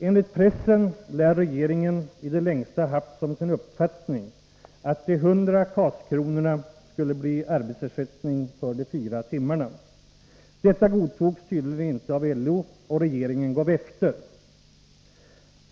Enligt pressen lär regeringen i det längsta ha haft som sin uppfattning att de 100 KAS-kronorna skulle bli arbetsersättning för de fyra timmarna. Detta godtogs tydligen inte av LO — och regeringen gav efter.